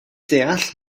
deall